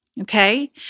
Okay